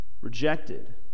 rejected